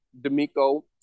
D'Amico